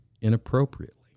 inappropriately